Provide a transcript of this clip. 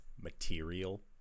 Material